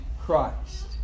Christ